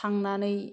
थांनानै